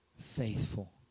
faithful